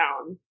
down